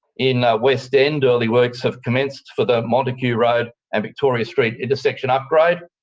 in west end, early works have commenced for the montague road and victoria street intersection upgrade